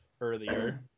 earlier